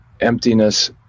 emptiness